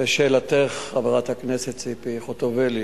לשאלתך, חברת הכנסת ציפי חוטובלי,